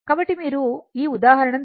కాబట్టి మీరు ఈ ఉదాహరణను తీసుకోండి